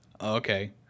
Okay